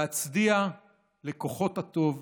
להצדיע לכוחות הטוב